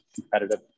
competitive